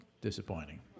disappointing